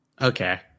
okay